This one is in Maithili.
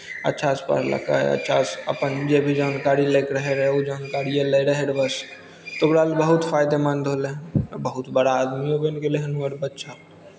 अच्छासँ पढ़लकै अच्छासँ अपन जे भी जानकारी लय के रहैत रहय ओ जानकारिए लैत रहय बस तऽ ओकरा लेल बहुत फायदेमन्द होलय बहुत बड़ा आदमिओ बनि गेलै हन बड्ड बच्चा